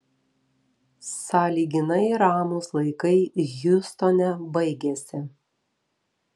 sąlyginai ramūs laikai hjustone baigėsi